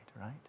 right